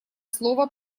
слово